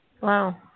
Wow